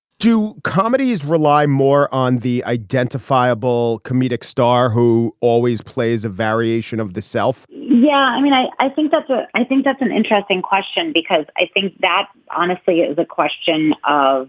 do comedies rely more on the identifiable comedic star who always plays a variation of the self yeah i mean i i think that. i think that's an interesting question because i think that honestly it is a question of